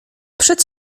przed